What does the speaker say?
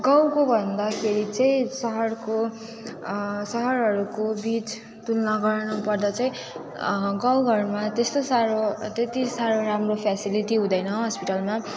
गाउँको भन्दाखेरि चाहिँ सहरको सहरहरूकोबिच तुलना गर्नुपर्दा चाहिँ गाउँघरमा त्यस्तो साह्रो त्यति साह्रो राम्रो चाहिँ फेसिलिटी हुँदैन हस्पिटलमा